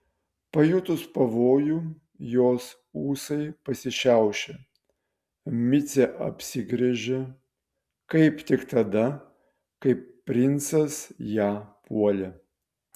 pajutus pavojų jos ūsai pasišiaušė micė apsigręžė kaip tik tada kai princas ją puolė